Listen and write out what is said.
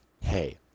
hey